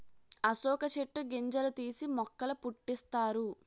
అశోక చెట్టు గింజలు తీసి మొక్కల పుట్టిస్తారు